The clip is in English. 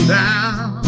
down